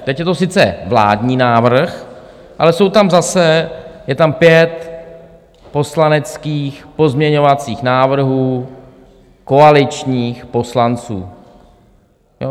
Teď je to sice vládní návrh, ale jsou tam zase, je tam pět poslaneckých pozměňovacích návrhů koaličních poslanců, ano?